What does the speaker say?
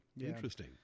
interesting